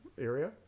area